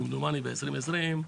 כמדומני ב-2020,